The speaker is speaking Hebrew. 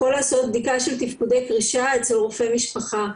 הוא יכול לעשות בדיקה של תפקודי קרישה אצל רופא משפחה.